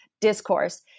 discourse